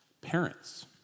Parents